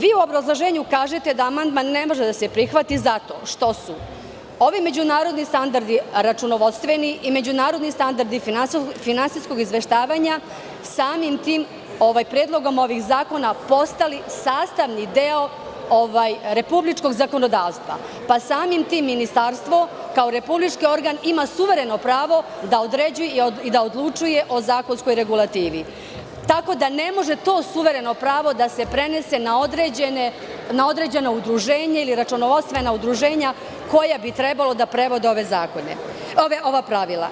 Vi u obrazloženju kažete da amandman ne može da se prihvati zato što su ovi međunarodni standardi računovodstveni i međunarodni standardi finansijskog izveštavanja samim tim predlogom ovih zakona postali sastavni deo republičkog zakonodavstva, pa samim tim Ministarstvo kao republički organ ima suvereno pravo da određuje i da odlučuje o zakonskoj regulativi, tako da ne može to suvereno pravo da se prenese na određeno udruženje ili računovodstvena udruženja koja bi trebalo da prevode ova pravila.